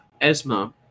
Esma